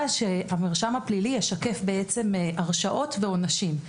שהמרשם הפלילי ישקף הרשעות ועונשים.